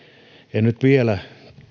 en nyt vielä